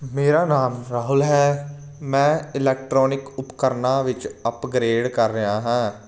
ਮੇਰਾ ਨਾਮ ਰਾਹੁਲ ਹੈ ਮੈਂ ਇਲੈਕਟ੍ਰੋਨਿਕ ਉਪਕਰਨਾਂ ਵਿੱਚ ਅਪਗ੍ਰੇਡ ਕਰ ਰਿਹਾ ਹਾਂ